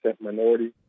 minority